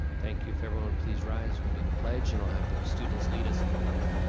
thank you, if everyone will please rise we'll do the pledge and we'll have the students lead us in the pledge.